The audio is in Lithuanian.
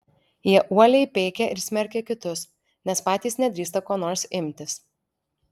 jie uoliai peikia ir smerkia kitus nes patys nedrįsta ko nors imtis